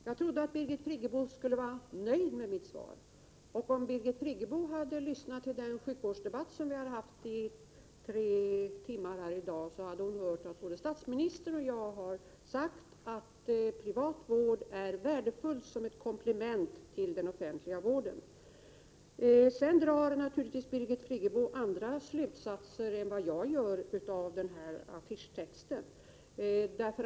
Herr talman! Jag trodde att Birgit Friggebo skulle vara nöjd med mitt svar. Om hon hade lyssnat till den sjukvårdsdebatt som vi hade här på förmiddagen, hade hon hört att både statsministern och jag sade att privat vård är värdefull som ett komplement till den offentliga vården. Sedan drar naturligtvis Birgit Friggebo andra slutsatser än vad jag gör av affischtexten.